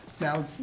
Now